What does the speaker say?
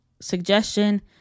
suggestion